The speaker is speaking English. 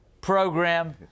program